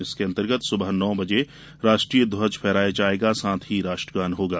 इसके अंतर्गत सुबह नौ बजे राष्ट्रीय ध्वज फहराया जायेगा साथ ही राष्ट्रगान होगा